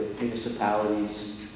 municipalities